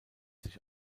sich